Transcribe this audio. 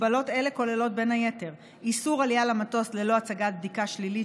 הגבלות אלה כוללות בין היתר איסור עלייה למטוס ללא הצגת בדיקה שלילית